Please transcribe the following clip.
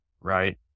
right